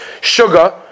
sugar